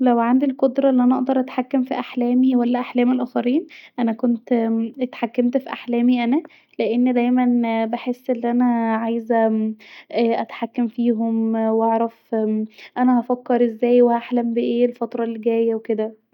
لو عندي القدره ف ان انا اقدر اتحكم في احلامي ولا احلام الآخرين انا كنت اتحكمت في احلامي انا لأن دايما بحس أن انا عايزه اتحكم فيهم واعرف انا هفكر ازاي وهحلم ب ايه الفتره الي جايه وكدا